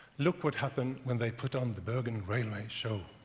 look what happened when they put on the bergen railway show